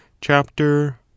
chapter